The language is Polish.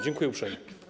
Dziękuję uprzejmie.